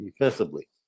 defensively